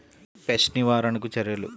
Pest నివారణకు చర్యలు?